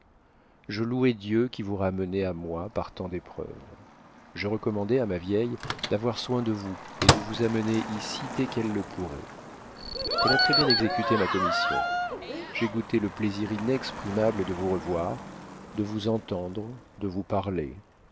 je louai dieu qui vous ramenait à moi par tant d'épreuves je recommandai à ma vieille d'avoir soin de vous et de vous amener ici dès qu'elle le pourrait elle a très bien exécuté ma commission j'ai goûté le plaisir inexprimable de vous revoir de vous entendre de vous parler